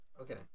Okay